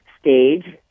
stage